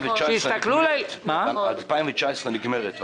שנת 2019 נגמרת,